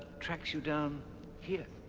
tracks you down here.